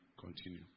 continue